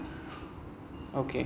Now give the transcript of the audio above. okay